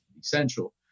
essential